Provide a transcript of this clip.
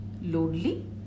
lonely